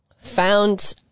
found